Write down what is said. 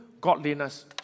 godliness